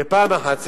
בפעם אחת.